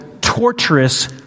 torturous